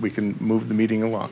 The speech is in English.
we can move the meeting a